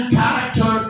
character